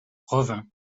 revin